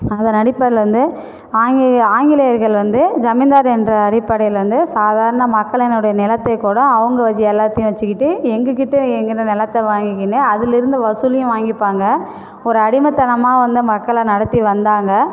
அதன் அடிப்படையில் வந்து ஆங்கி ஆங்கிலேயர்கள் வந்து ஜமீன்தார் என்ற அடிப்படையில் வந்து சாதாரண மக்களினுடைய நிலத்தை கூட அவங்க வச்சு எல்லாத்தையும் வச்சுக்கிட்டு எங்ககிட்ட எங்களோட நிலத்த வாங்கிக்கினு அதிலேருந்து வசூலையும் வாங்கிப்பாங்க ஒரு அடிமைத்தனமா வந்து மக்களை நடத்தி வந்தாங்கள்